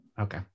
Okay